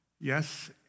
yes